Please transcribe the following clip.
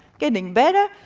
getting better.